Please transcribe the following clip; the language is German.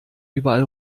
überall